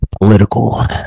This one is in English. political